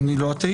אני לא אתאיסט.